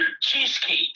cheesecake